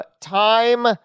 Time